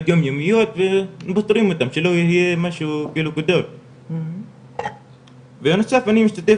יומיומיות ופותרים אותן שלא יהיה משהו ובנוסף אני משתתף